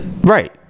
Right